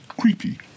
creepy